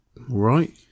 right